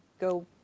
go